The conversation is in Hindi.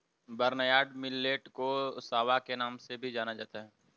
बर्नयार्ड मिलेट को सांवा के नाम से भी जाना जाता है